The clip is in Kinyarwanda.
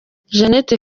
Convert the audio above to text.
jeanette